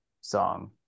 song